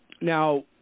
Now